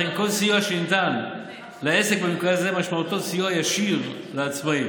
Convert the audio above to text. לכן כל סיוע שניתן לעסק במקרה הזה משמעותו סיוע ישיר לעצמאים.